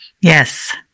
Yes